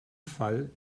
fall